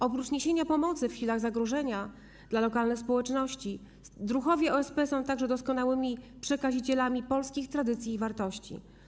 Oprócz niesienia pomocy w chwilach zagrożenia dla lokalnych społeczności druhowie OSP są także doskonałymi przekazicielami polskich tradycji i wartości.